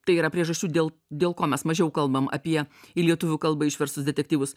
tai yra priežasčių dėl dėl ko mes mažiau kalbam apie į lietuvių kalbą išverstus detektyvus